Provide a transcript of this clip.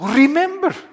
remember